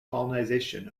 colonization